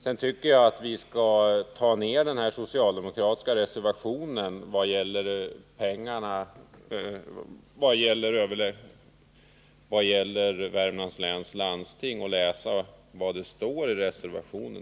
Sedan tycker jag att vi skall ta ner den socialdemokratiska reservationen 4 ”på jorden” — vi bör läsa vad som står där.